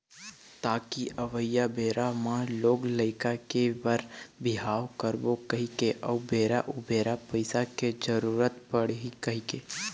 ताकि अवइया बेरा म लोग लइका के बर बिहाव करबो कहिके अउ बेरा उबेरा पइसा के जरुरत पड़ही कहिके